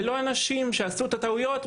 ולא אנשים שעשו את הטעויות,